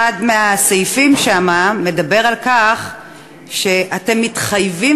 אחד מהסעיפים שם מדבר על כך שאתם מתחייבים